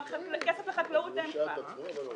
כסף לחקלאות כבר אין,